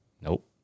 Nope